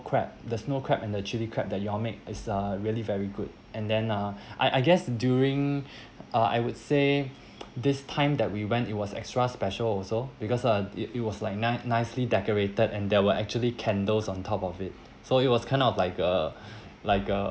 crab the snow crab and the chilli crab that you all make is uh really very good and then ah I I guess during uh I would say this time that we went it was extra special also because uh it it was like nice nicely decorated and there were actually candles on top of it so it was kind of like a like a